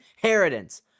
inheritance